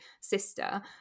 sister